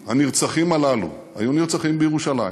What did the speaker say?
אילו הנרצחים הללו היו נרצחים בירושלים,